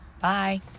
Bye